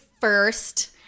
first